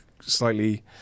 slightly